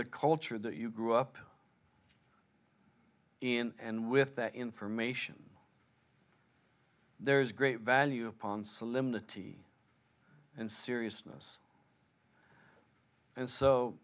the culture that you grew up in and with that information there is great value upon solemnity and seriousness and so